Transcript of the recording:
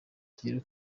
tugere